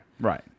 Right